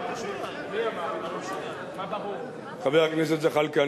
חבר הכנסת זחאלקה,